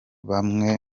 bamwe